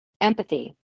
empathy